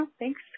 Thanks